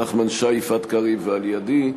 נחמן שי ויפעת קריב ועל-ידי.